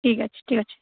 ঠিক আছে ঠিক আছে